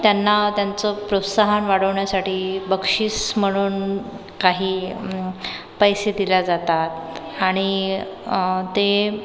त्यांना त्यांचं प्रोत्साहन वाढवण्यासाठी बक्षीस म्हणून काही पैसे दिले जातात आणि ते